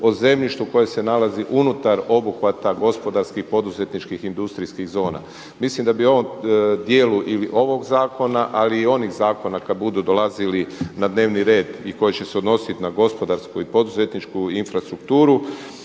o zemljištu koje se nalazi unutar obuhvata gospodarskih, poduzetničkih, industrijskih zona. Mislim da bi u ovom dijelu ili ovog zakona ali i onih zakona kada budu dolazili na dnevni red i koji će se odnositi na gospodarsku i poduzetničku infrastrukturu